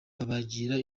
babagira